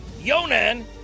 Yonan